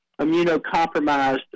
immunocompromised